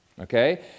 Okay